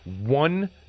one